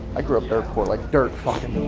i grew up dirt poor like dirt fucking